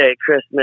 Christmas